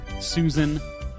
Susan